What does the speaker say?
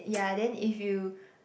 ya then if you